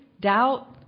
doubt